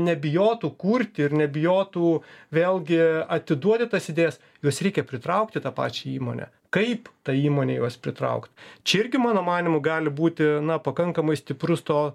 nebijotų kurti ir nebijotų vėlgi atiduoti tas idėjas juos reikia pritraukti tą pačią įmonę kaip tai įmonei juos pritraukt čia irgi mano manymu gali būti pakankamai stiprus to